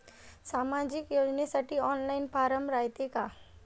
सामाजिक योजनेसाठी online form रायते का?